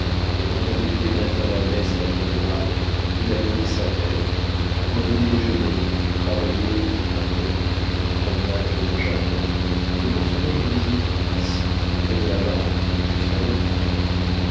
elle entendait tous les matins la messe à la cathédrale où la menait sa mère revenait déjeuner travaillait après une petite promenade dans le jardin et recevait les visites assise près de la baronne jusqu'à l'heure du dîner